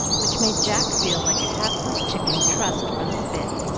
which made jack feel like a hapless chicken trussed for the spit.